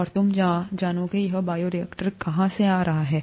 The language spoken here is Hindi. और तुम जाओगे यह बायोरिएक्टर कहाँ से आ रहा है